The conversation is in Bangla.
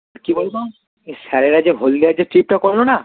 কি বলো তো এই স্যারেরা যে হলদিয়ার যে ট্রিপটা করলো না